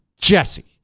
Jesse